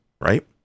Right